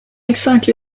exactly